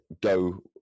go